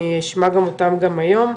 אני אשמע אותם גם היום.